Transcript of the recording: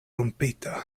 rompita